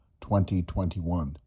2021